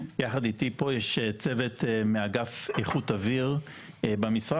יחד איתי פה יש צוות מאגף איכות אוויר במשרד